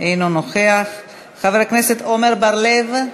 אינו נוכח, חבר הכנסת עמר בר-לב,